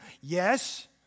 Yes